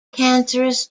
cancerous